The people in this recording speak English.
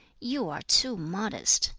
you are too modest.